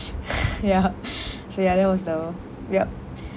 ya so ya that was the yup